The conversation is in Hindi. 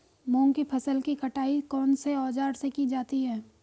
मूंग की फसल की कटाई कौनसे औज़ार से की जाती है?